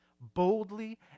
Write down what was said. boldly